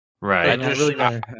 Right